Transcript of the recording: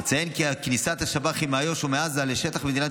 אציין כי כניסת השב"חים מאיו"ש ומעזה לשטחי מדינת